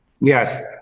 Yes